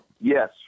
Yes